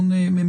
ההון.